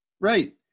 Right